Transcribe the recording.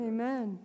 Amen